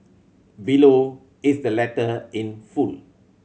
below is the letter in full